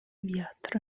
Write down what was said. wiatr